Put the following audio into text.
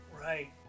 Right